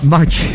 March